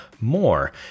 more